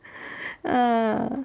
ah